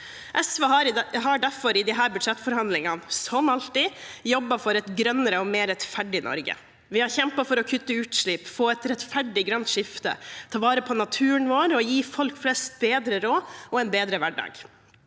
SV har derfor i disse budsjettforhandlingene, som alltid, jobbet for et grønnere og mer rettferdig Norge. Vi har kjempet for å kutte utslipp, få et rettferdig grønt skifte, ta vare på naturen vår og gi folk flest bedre råd og en bedre hverdag.